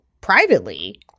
privately